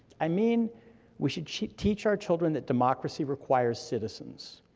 i mean we should should teach our children that democracy requires citizens.